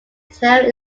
tail